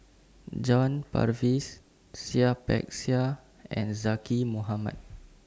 John Purvis Seah Peck Seah and Zaqy Mohamad